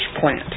plant